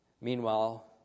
Meanwhile